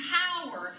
power